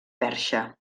perxa